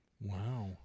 Wow